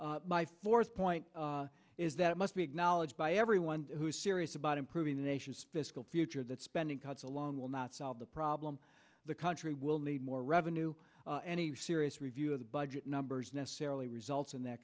my fourth point is that it must be acknowledged by everyone who is serious about improving the nation's fiscal future that spending cuts alone will not solve the problem the country will need more revenue any serious review of the budget numbers necessarily results in that